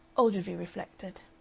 ogilvy reflected.